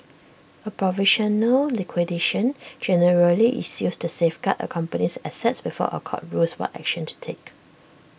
A provisional liquidation generally is used to safeguard A company's assets before A court rules what action to take